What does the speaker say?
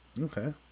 Okay